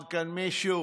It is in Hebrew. מישהו: